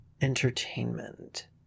entertainment